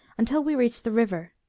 until we reached the river,